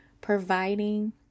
providing